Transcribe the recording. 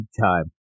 time